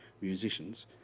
musicians